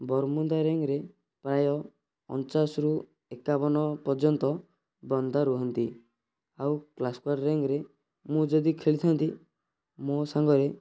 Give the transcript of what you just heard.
Bermuda ring ରେ ପ୍ରାୟ ଅଣଚାଶରୁ ଏକାବନ ପର୍ଯ୍ୟନ୍ତ ବନ୍ଦା ରୁହନ୍ତି ଆଉ କ୍ଲାସ ସ୍କ୍ବାଡ଼ ରିଙ୍ଗ୍ ରେ ମୁଁ ଯଦି ଖେଳିଥାନ୍ତି ମୋ ସାଙ୍ଗରେ